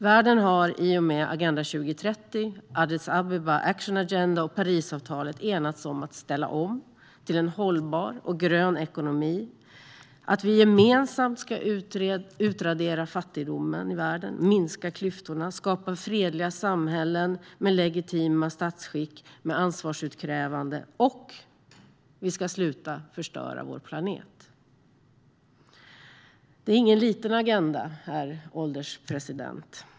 Världen har i och med Agenda 2030, Addis Ababa Action Agenda och Parisavtalet enats om att vi ska ställa om till en hållbar och grön ekonomi, om att vi gemensamt ska utradera fattigdomen i världen, om att vi ska minska klyftorna, om att vi ska skapa fredliga samhällen med legitima statsskick och ansvarsutkrävande och om att vi ska sluta förstöra vår planet. Det är ingen liten agenda, herr ålderspresident.